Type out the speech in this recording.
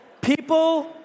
people